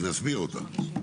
ונסביר אותם.